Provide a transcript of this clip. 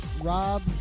Rob